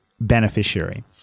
beneficiary